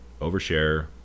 overshare